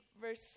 verse